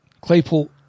Claypool